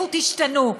לכו תשתנו.